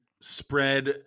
spread